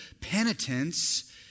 penitence